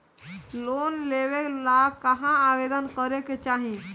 Loan लेवे ला कहाँ आवेदन करे के चाही?